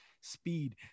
speed